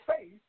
faith